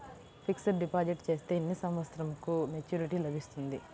Fixed deposit చేస్తే ఎన్ని సంవత్సరంకు మెచూరిటీ లభిస్తుంది?